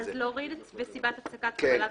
אז להוריד, סיבת הפסקת השירותים.